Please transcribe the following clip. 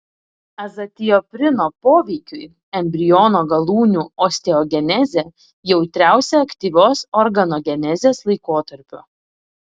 azatioprino poveikiui embriono galūnių osteogenezė jautriausia aktyvios organogenezės laikotarpiu